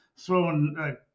Throwing